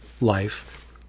life